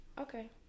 Okay